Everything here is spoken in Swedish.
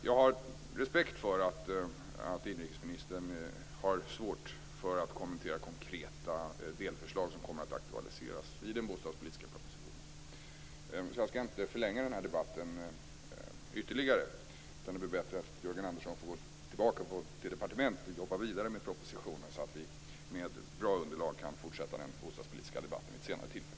Jag har respekt för att inrikesministern har svårt att kommentera konkreta delförslag som kommer att aktualiseras i den bostadspolitiska propositionen. Jag skall därför inte förlänga den här debatten ytterligare. Det är bättre att Jörgen Andersson får gå tillbaka till departementet och jobba vidare med propositionen så att vi med ett bra underlag kan fortsätta den bostadspolitiska debatten vid ett senare tillfälle.